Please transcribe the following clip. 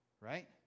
right